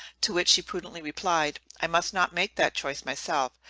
to which she prudently replied, i must not make that choice myself,